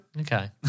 Okay